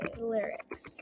lyrics